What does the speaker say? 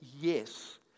yes